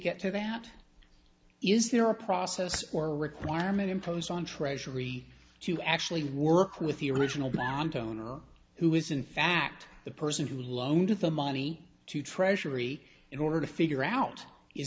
get to that is there a process or requirement imposed on treasury to actually work with the original bound owner who is in fact the person who loaned the money to treasury in order to figure out